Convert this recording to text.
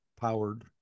powered